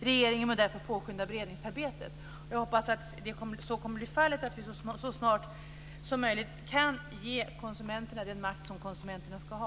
Regeringen bör därför påskynda beredningsarbetet." Jag hoppas att så kommer att bli fallet och att vi så snart som möjligt kan ge konsumenterna den makt som konsumenterna ska ha.